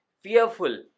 fearful